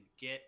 get